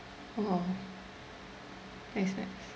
oh nice nice